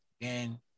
again